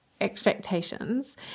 expectations